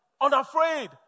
unafraid